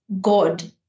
God